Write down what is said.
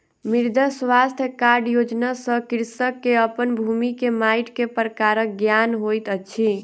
मृदा स्वास्थ्य कार्ड योजना सॅ कृषक के अपन भूमि के माइट के प्रकारक ज्ञान होइत अछि